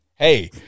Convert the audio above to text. Hey